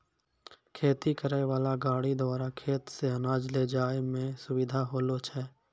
खेती करै वाला गाड़ी द्वारा खेत से अनाज ले जाय मे सुबिधा होलो छै